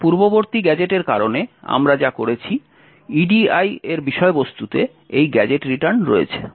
এখন পূর্ববর্তী গ্যাজেটের কারণে আমরা যা করেছি edi এর বিষয়বস্তুতে এই গ্যাজেট রিটার্ন রয়েছে